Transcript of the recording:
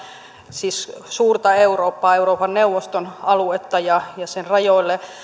siis suurta eurooppaa lähelle euroopan neuvoston aluetta ja sen rajoille